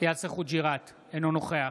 אינו נוכח